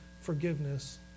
forgiveness